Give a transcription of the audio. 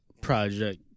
project